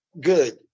good